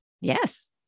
Yes